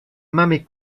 mame